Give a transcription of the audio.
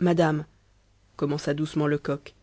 madame commença doucement lecoq